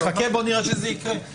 חכה, בוא נראה שזה יקרה.